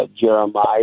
Jeremiah